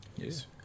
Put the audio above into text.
yes